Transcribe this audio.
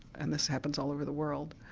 and this happens all over the world.